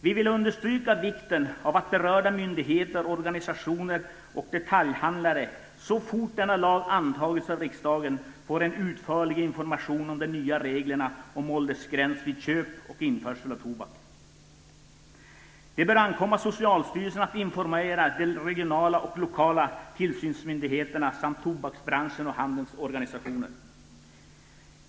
Vi vill framhålla vikten av att berörda myndigheter, organisationer och detaljhandlare så fort denna lag antagits av riksdagen får en utförlig information om de nya reglerna om åldersgräns vid köp och införsel av tobak. Det bör ankomma på Socialstyrelsen att informera de regionala och lokala tillsynsmyndigheterna samt tobaksbranschen och handelns organisationer.